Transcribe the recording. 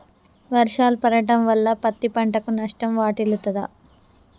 వర్షాలు పడటం వల్ల పత్తి పంటకు నష్టం వాటిల్లుతదా?